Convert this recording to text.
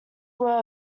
were